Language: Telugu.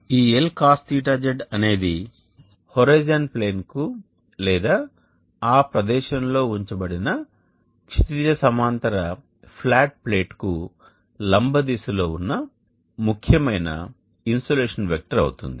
ఈ Lcosθz అనేది హోరిజోన్ ప్లేన్కు లేదా ఆ ప్రదేశంలో ఉంచబడిన క్షితిజ సమాంతర ఫ్లాట్ ప్లేట్కు లంబ దిశలో లో ఉన్న ముఖ్యమైన ఇన్సోలేషన్ వెక్టర్ అవుతుంది